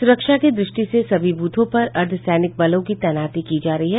सुरक्षा की दृष्टि से सभी बूथों पर अर्द्वसैनिक बलों की तैनाती की जा रही है